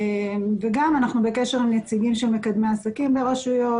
אנחנו גם בקשר עם נציגים של מקדמי עסקים לרשויות.